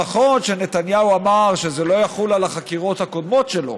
נכון שנתניהו אמר שזה לא יחול על החקירות הקודמות שלו,